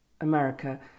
America